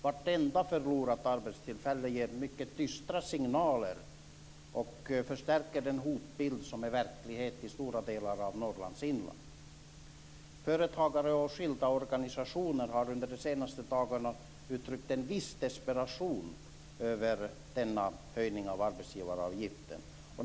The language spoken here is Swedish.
Vartenda förlorat arbetstillfälle ger mycket dystra signaler och förstärker den hotbild som är verklighet i stora delar av Norrlands inland. Företagare och skilda organisationer har under de senaste dagarna uttryckt en viss desperation över denna höjning av arbetsgivaravgiften.